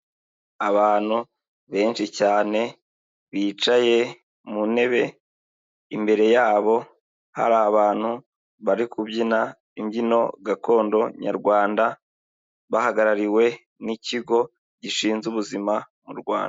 Abantu benshi cyane bicaye mu ntebe, imbere yabo hari abantu bari kubyina imbyino gakondo Nyarwanda, bahagarariwe n'ikigo gishinzwe ubuzima mu Rwanda.